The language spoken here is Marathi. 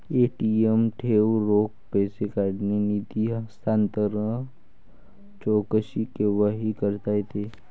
ए.टी.एम ठेव, रोख पैसे काढणे, निधी हस्तांतरण, चौकशी केव्हाही करता येते